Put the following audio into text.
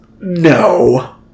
No